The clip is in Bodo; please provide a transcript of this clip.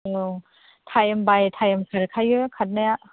औ टाइम बाय टाइम खारखायो खारनाया